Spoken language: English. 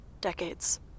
Decades